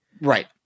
Right